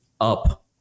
up